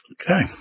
Okay